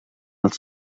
els